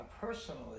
personally